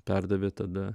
perdavė tada